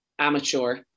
amateur